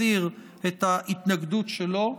הסיר את ההתנגדות שלו.